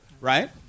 right